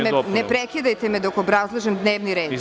Ne prekidajte me dok obrazlažem dnevni red.